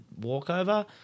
walkover